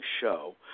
show